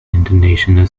international